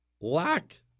Lack